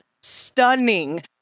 stunning